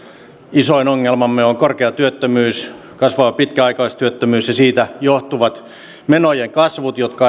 isoin ongelmamme on korkea työttömyys kasvava pitkäaikaistyöttömyys ja siitä johtuvat menojen kasvut jotka